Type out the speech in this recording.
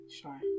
Sure